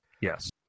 Yes